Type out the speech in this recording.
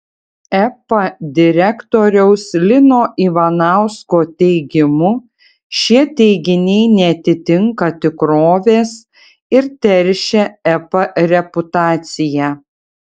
epa direktoriaus lino ivanausko teigimu šie teiginiai neatitinka tikrovės ir teršia epa reputaciją